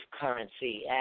currency